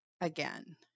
again